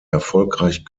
erfolgreich